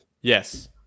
yes